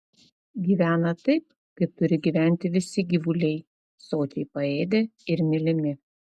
gyvena taip kaip turi gyventi visi gyvuliai sočiai paėdę ir mylimi